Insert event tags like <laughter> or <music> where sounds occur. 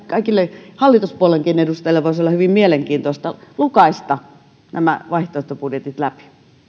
<unintelligible> kaikille hallituspuolueidenkin edustajille se voisi olla hyvin mielenkiintoista että voisi lukaista nämä vaihtoehtobudjetit läpi